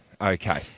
Okay